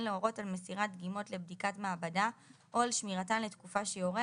להורות על מסירת דגימות לבדיקת מעבדה או על שמירתן לתקופה שיורה,